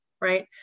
right